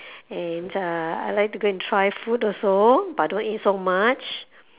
and uh I like to go and try food also but I don't want to eat so much